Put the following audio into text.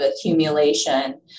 accumulation